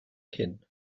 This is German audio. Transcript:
kinn